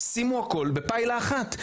שימו הכל בפיילה אחת,